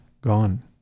gone